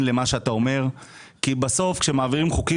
למה שאתה אומר כי בסוף כשמעבירים חוקים,